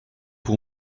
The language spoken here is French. pour